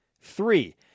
Three